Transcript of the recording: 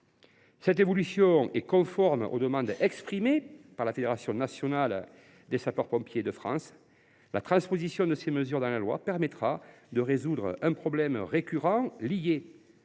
Cette évolution est conforme aux demandes exprimées par la Fédération nationale des sapeurs pompiers de France (FNSPF). La transposition de ces dispositions dans la loi permettra de résoudre des difficultés récurrentes liées